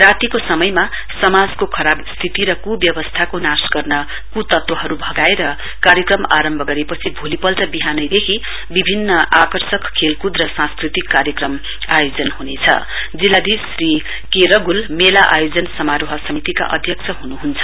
रातीको समयमा समाजको खराब स्थिति र कुव्यवस्थाका नाश गर्न कुतत्वहरु भगाएर कार्यक्रम आरम्भ गरेपछि भोलिपल्ट विहानैदेखि विभिन्न आकर्षक खेलकुद र सांस्कृतिक कार्यक्रम आयोजन हुनेछ जिल्लाधीश श्री के रगुल मेला आयोजन समारोह समितिका अध्यक्ष हुनुहुन्छ